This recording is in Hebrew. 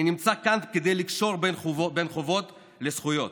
אני נמצא כאן כדי לקשור בין חובות לזכויות,